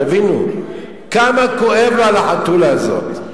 תבינו, כמה כואב לו על החתולה הזאת.